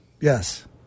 yes